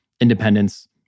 independence